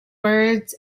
words